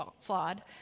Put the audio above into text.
flawed